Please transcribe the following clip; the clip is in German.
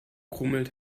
grummelt